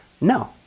No